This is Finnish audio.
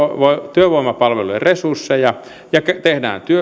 työvoimapalvelujen resursseja ja tehdään